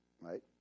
Right